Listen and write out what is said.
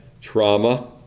trauma